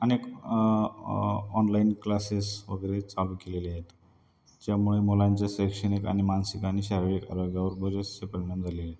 अनेक online classes वगैरे चालू केलेलेआहेत ज्यामुळे मुलांच्या शैक्षणिक आणि मानसिक आणि शारीरिक आरोग्यावर बरेचसे परिणाम झाले आहे